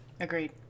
Agreed